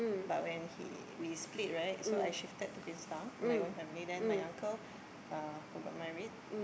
but when he we split right so I shifted to Queenstown with my own family then my uncle uh who got married